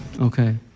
Okay